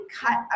cut